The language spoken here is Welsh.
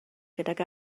gydag